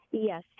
yes